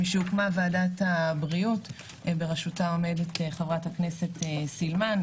משהוקמה ועדת הבריאות שבראשותה עומדת חברת הכנסת סילמן,